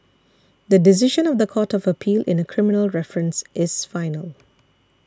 the decision of the Court of Appeal in a criminal reference is final